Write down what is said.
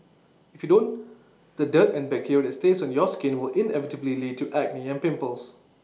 if you don't the dirt and bacteria that stays on your skin will inevitably lead to acne and pimples